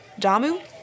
Damu